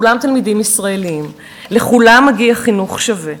כולם תלמידים ישראלים, לכולם מגיע חינוך שווה.